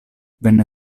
venne